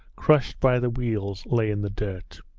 crushed by the wheels, lay in the dirt.